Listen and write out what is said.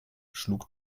schlug